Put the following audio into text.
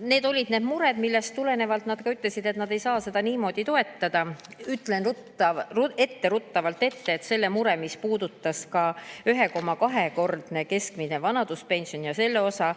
Need olid need mured, millest tulenevalt nad ka ütlesid, et nad ei saa seda niimoodi toetada. Ütlen etteruttavalt, et selle mure, mis puudutas 1,2‑kordset keskmist vanaduspensioni ja seda osa,